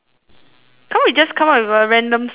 can't we just come up with a random story